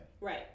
Right